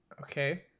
Okay